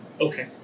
Okay